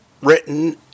written